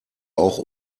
auch